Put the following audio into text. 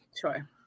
sure